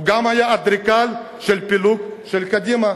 הוא גם היה אדריכל של פילוג של קדימה.